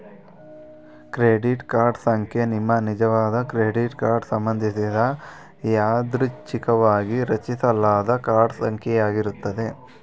credit card ಸಂಖ್ಯೆ ನಿಮ್ಮನಿಜವಾದ credit card ಸಂಬಂಧಿಸಿದ ಯಾದೃಚ್ಛಿಕವಾಗಿ ರಚಿಸಲಾದ ಕಾರ್ಡ್ ಸಂಖ್ಯೆ ಯಾಗಿರುತ್ತೆ